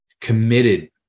committed